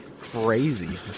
crazy